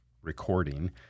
recording